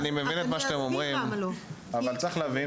אני מבין את מה שאתם אומרים אבל צריך להבין